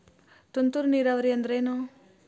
ತುಂತುರು ನೇರಾವರಿ ಅಂದ್ರ ಏನ್?